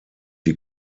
die